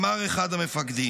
אמר אחד המפקדים.